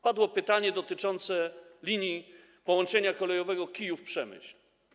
Padło pytanie dotyczące linii połączenia kolejowego Kijów - Przemyśl.